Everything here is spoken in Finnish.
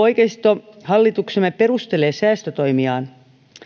oikeisto hallituksemme perustelee säästötoimiaan